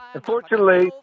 Unfortunately